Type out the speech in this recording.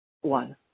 one